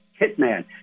hitman